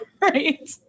right